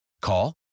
Call